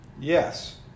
yes